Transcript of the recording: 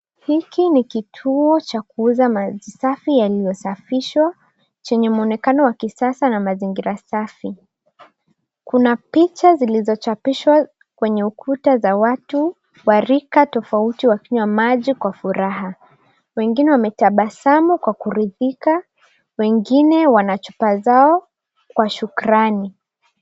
Hiki ni kituo cha kuuza maji safi yaliyosafishwa chenye mwonekano wa kisasa na mazingira safi. Kuna picha zilizochapishwa kwenye ukuta za watu wa rika tofauti wakinywa maji kwa furaha. Wengine wametabasamu kwa kuridhika, wengine wana chupa zao kwa shukrani.